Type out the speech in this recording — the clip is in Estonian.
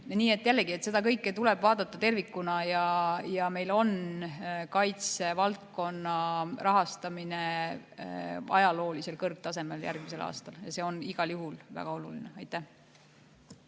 Nii et jällegi, seda kõike tuleb vaadata tervikuna. Meil on kaitsevaldkonna rahastamine ajaloolisel kõrgtasemel järgmisel aastal ja see on igal juhul väga oluline. Liigume